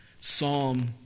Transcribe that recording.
Psalm